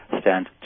stand